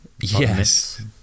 Yes